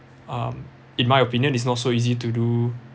um in my opinion it's not so easy to do